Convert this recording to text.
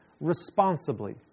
responsibly